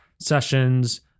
sessions